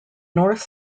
north